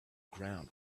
ground